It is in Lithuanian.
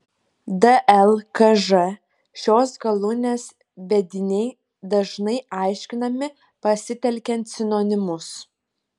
dlkž šios galūnės vediniai dažnai aiškinami pasitelkiant sinonimus